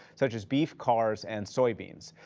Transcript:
such as beef, cars, and soybeans.